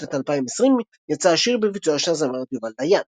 בשנת 2020 יצא השיר בביצועה של הזמרת יובל דיין.